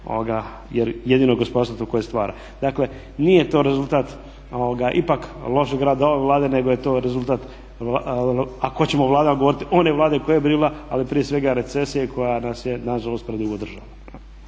jedino gospodarstvo je to koje stvara. Dakle, nije to rezultat ipak lošeg rada ove Vlade nego je to rezultat ako ćemo o vladama govorit, one Vlade koja je bila ali prije svega recesije koja nas je nažalost predugo držala.